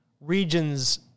regions